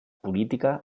política